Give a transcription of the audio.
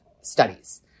studies